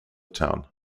town